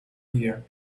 here